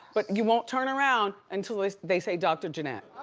but you won't turn around, until ah they say dr. janette.